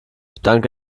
dank